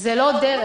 זו לא הדרך.